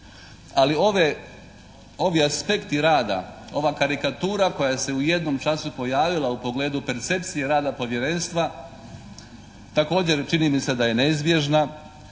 ove, ovi aspekti rada, ova karikatura koja se u jednom času pojavila u pogledu percepcije rada Povjerenstva također čini mi se da je neizbježna.